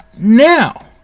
Now